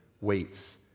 weights